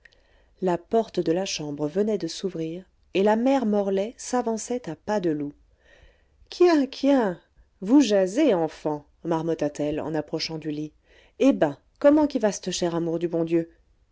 la porte de la chambre venait de s'ouvrir et la mère morlaix s'avançait à pas de loups quiens quiens vous jasez enfants marmotta t elle en approchant du lit eh ben comment qu'y va c'te cher amour du bon dieu